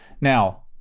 Now